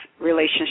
relationship